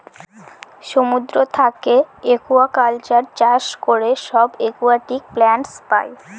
সমুদ্র থাকে একুয়াকালচার চাষ করে সব একুয়াটিক প্লান্টস পাই